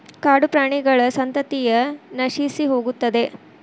ಕಾಡುಪ್ರಾಣಿಗಳ ಸಂತತಿಯ ನಶಿಸಿಹೋಗುತ್ತದೆ